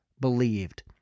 believed